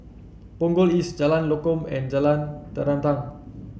Punggol East Jalan Lokam and Jalan Terentang